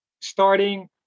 Starting